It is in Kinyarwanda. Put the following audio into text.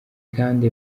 kandi